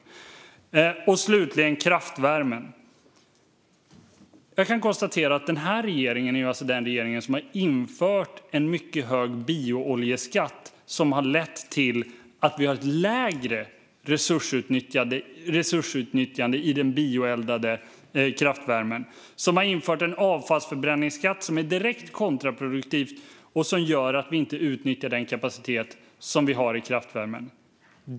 Slutligen har vi detta med kraftvärmen. Jag kan konstatera att den här regeringen alltså är den regering som har infört en mycket hög biooljeskatt, vilket har lett till ett lägre resursutnyttjande i den bioeldade kraftvärmen. Man har infört en avfallsförbränningsskatt som är direkt kontraproduktiv och gör att vi inte utnyttjar den kapacitet som finns i kraftvärmen.